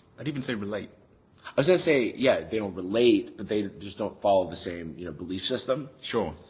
i'd even say relate. i was gonna say yeah, they don't relate but they just don't follow the same, you know belief system. sure.